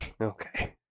Okay